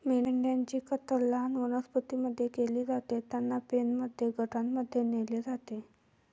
मेंढ्यांची कत्तल लहान वनस्पतीं मध्ये केली जाते, त्यांना पेनमध्ये गटांमध्ये नेले जाते